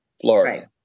Florida